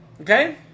Okay